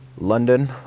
London